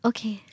Okay